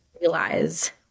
realize